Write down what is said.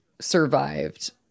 survived